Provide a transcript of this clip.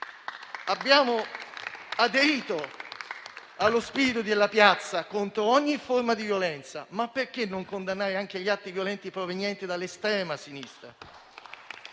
Abbiamo aderito allo spirito della piazza contro ogni forma di violenza, ma perché non condannare anche gli atti violenti provenienti dall'estrema sinistra?